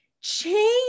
change